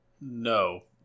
No